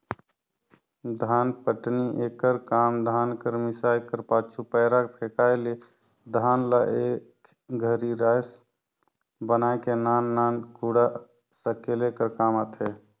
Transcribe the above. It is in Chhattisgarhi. धानपटनी एकर काम धान कर मिसाए कर पाछू, पैरा फेकाए ले धान ल एक घरी राएस बनाए के नान नान कूढ़ा सकेले कर काम आथे